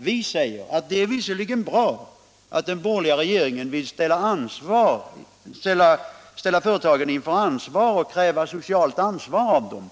Vi säger att det är bra om den borgerliga regeringen vill kräva socialt ansvar av företagen.